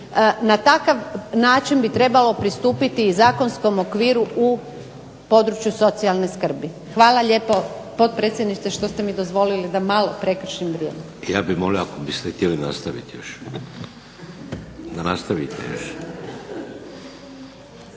Na takav način bi trebalo pristupiti i zakonskom okviru u području socijalne skrbi. Hvala lijepo potpredsjedniče što ste mi dozvolili da malo prekršim vrijeme. **Šeks, Vladimir (HDZ)** Ja bih molio ako biste htjeli nastaviti još. Replika